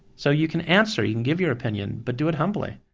so you can answer, you can give your opinion but do it humbly.